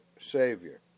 Savior